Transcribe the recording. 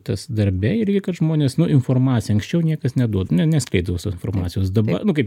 tas darbe irgi kad žmonės nu informacija anksčiau niekas neduoda ne neskaito visos informacijos dabar nu kaip